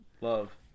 love